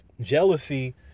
jealousy